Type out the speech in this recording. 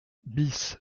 bis